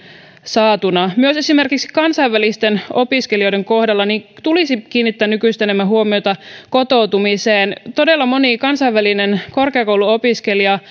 saatuna myös esimerkiksi kansainvälisten opiskelijoiden kohdalla tulisi kiinnittää nykyistä enemmän huomiota kotoutumiseen todella moni kansainvälinen korkeakouluopiskelija